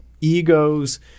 egos